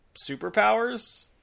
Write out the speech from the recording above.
superpowers